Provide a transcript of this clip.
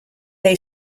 they